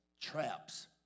traps